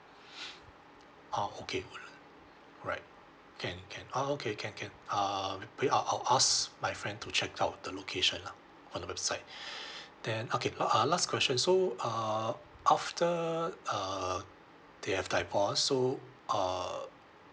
ah okay alright can can uh okay can can uh may~ probably I'll I'll ask my friend to check out the location lah from the website then okay because uh last question so uh after err they have divorce so uh